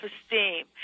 esteem